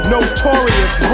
Notorious